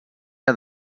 que